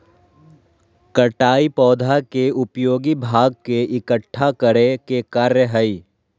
कटाई पौधा के उपयोगी भाग के इकट्ठा करय के कार्य हइ